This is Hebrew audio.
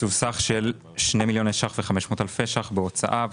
תקצוב סך של 2 מיליוני שקלים ו-500 אלפי שקלים בהוצאה.